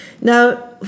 Now